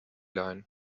line